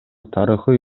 тарыхый